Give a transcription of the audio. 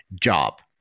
job